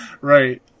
Right